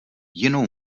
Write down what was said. jinou